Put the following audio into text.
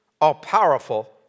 all-powerful